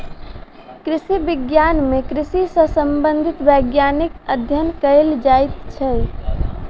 कृषि विज्ञान मे कृषि सॅ संबंधित वैज्ञानिक अध्ययन कयल जाइत छै